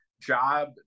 job